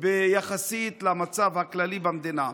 יחסית למצב הכללי במדינה.